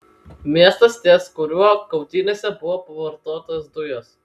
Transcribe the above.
miestas ties kuriuo kautynėse buvo pavartotos dujos